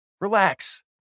Relax